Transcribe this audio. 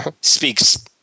speaks